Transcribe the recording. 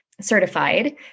certified